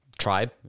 tribe